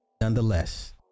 nonetheless